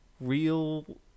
real